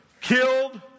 killed